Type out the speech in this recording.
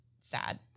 sad